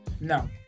No